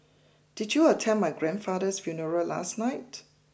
did you attend my grandfather's funeral last night